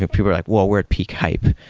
people were like, whoa! we're at peak hype.